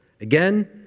Again